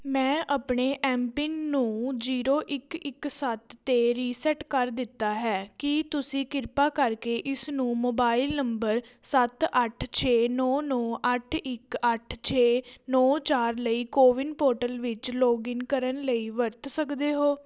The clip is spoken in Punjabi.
ਮੈਂ ਆਪਣੇ ਐੱਮ ਪਿੰਨ ਨੂੰ ਜ਼ੀਰੋ ਇੱਕ ਇੱਕ ਸੱਤ 'ਤੇ ਰੀਸੈਟ ਕਰ ਦਿੱਤਾ ਹੈ ਕੀ ਤੁਸੀਂ ਕਿਰਪਾ ਕਰਕੇ ਇਸ ਨੂੰ ਮੋਬਾਈਲ ਨੰਬਰ ਸੱਤ ਅੱਠ ਛੇ ਨੌਂ ਨੌਂ ਅੱਠ ਇਕ ਅੱਠ ਛੇ ਨੌਂ ਚਾਰ ਲਈ ਕੋਵਿਨ ਪੋਰਟਲ ਵਿੱਚ ਲੌਗਇਨ ਕਰਨ ਲਈ ਵਰਤ ਸਕਦੇ ਹੋ